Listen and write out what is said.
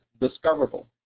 discoverable